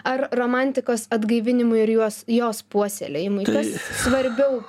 ar romantikos atgaivinimui ir jos jos puoselėjimui kas svarbiau